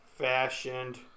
Fashioned